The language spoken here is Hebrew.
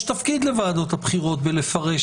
יש תפקיד לוועדות הבחירות בפירוש